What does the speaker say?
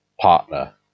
partner